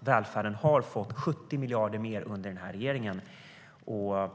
Välfärden har fått 70 miljarder mer under denna regering, och